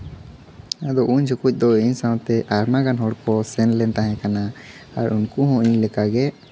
ᱟᱫᱚ ᱩᱱ ᱡᱚᱠᱷᱚᱡ ᱫᱚ ᱤᱧ ᱥᱟᱶᱛᱮ ᱟᱭᱢᱟ ᱜᱟᱱ ᱦᱚᱲ ᱠᱚ ᱥᱮᱱ ᱞᱮᱱ ᱛᱟᱦᱮᱸ ᱠᱟᱱᱟ ᱟᱨ ᱩᱱᱠᱩ ᱦᱚᱸ ᱤᱧ ᱞᱮᱠᱟ ᱜᱮ